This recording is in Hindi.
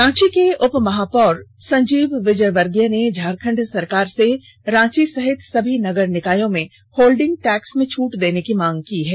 रांची के उपमहापौर संजीव विजयवर्गीय ने झारखंड सरकार से रांची सहित सभी नगर निकायों में होल्डिंग टैक्स में छूट देने की मांग की है